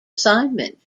assignment